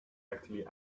actually